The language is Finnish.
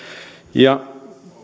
ja